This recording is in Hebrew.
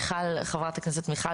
וחברת הכנסת מיכל,